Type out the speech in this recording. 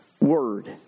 word